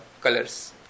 colors